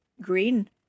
green